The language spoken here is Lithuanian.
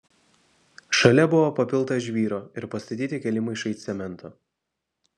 šalia buvo papilta žvyro ir pastatyti keli maišai cemento